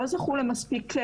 שלא זכו לשם.